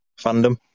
fandom